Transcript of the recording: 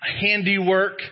handiwork